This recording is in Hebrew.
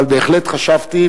אבל בהחלט חשבתי,